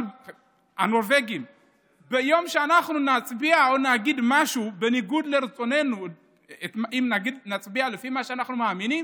אבל ביום שאנחנו נצביע ונגיד משהו על פי מה שאנחנו מאמינים,